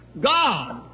God